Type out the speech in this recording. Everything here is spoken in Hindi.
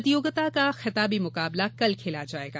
प्रतियोगिता का खिताबी मुकाबला कल खेला जायेगा